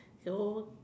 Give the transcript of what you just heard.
so